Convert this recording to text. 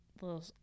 little